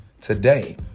Today